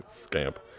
Scamp